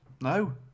No